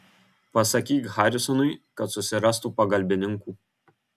pasakyk harisonui kad susirastų pagalbininkų